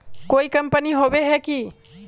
कोई कंपनी होबे है की?